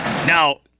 Now